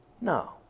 No